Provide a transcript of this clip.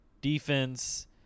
defense